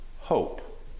hope